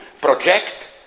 project